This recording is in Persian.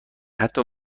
حتی